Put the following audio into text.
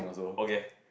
okay